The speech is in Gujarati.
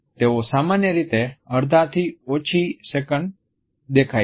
તેઓ સામાન્ય રીતે અડધા થી ઓછી સેકન્ડ દેખાય છે